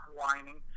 whining